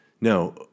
No